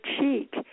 cheek